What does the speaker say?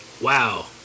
Wow